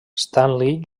stanley